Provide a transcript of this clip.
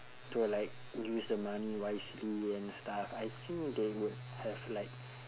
to like use the money wisely and stuff I think they would have like